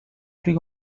plus